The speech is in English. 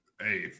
Hey